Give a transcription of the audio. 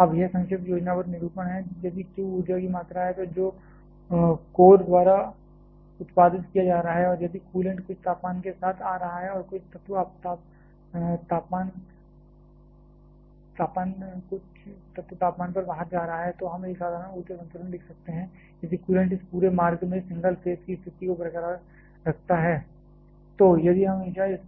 अब यह संक्षिप्त योजनाबद्ध निरूपण है यदि q ऊर्जा की मात्रा है जो कोर द्वारा उत्पादित किया जा रहा है और यदि कूलेंट कुछ तापमान के साथ आ रहा है और कुछ तत्व तापमान पर बाहर जा रहा है तो हम एक साधारण ऊर्जा संतुलन लिखते हैं q m ∫ dh m hout - hin यदि कूलेंट इस पूरे मार्ग में सिंगल फेस की स्थिति को बरकरार रखता है तो हम हमेशा इस